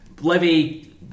Levy